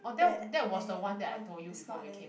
Batman oh it's not leh